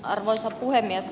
arvoisa puhemies